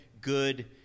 good